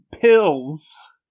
Pills